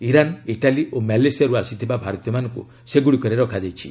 Iran Italy ଓ ମାଲେସିଆରୁ ଆସିଥିବା ଭାରତୀୟମାନଙ୍କୁ ସେଗୁଡ଼ିକରେ ରଖାଯାଇଛି